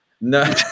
No